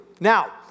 Now